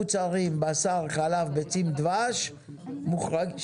כרגע מוצרי חלב ודבש לא מוחרגים.